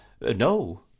No